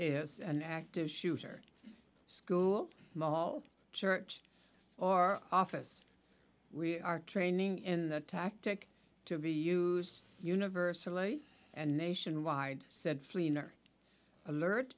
is an active shooter school mall church or office we are training in the tactic to be used universally and nationwide